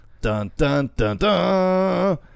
Dun-dun-dun-dun